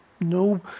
no